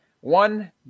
one